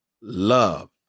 love